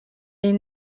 est